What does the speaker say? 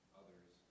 others